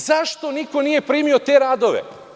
Zašto niko nije primio te radove?